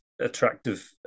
attractive